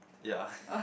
ya